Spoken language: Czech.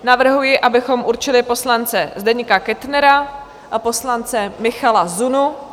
Navrhuji, abychom určili poslance Zdeňka Kettnera a poslance Michala Zunu.